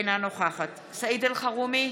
אינה נוכחת סעיד אלחרומי,